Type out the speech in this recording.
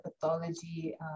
pathology